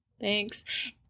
Thanks